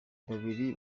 babiri